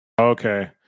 Okay